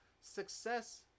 success